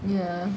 ya